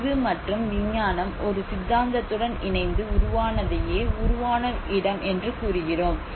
அறிவு மற்றும் விஞ்ஞானம் ஒரு சித்தாந்தத்துடன் இணைந்து உருவானதையே உருவான இடம் என்று கூறுகிறோம்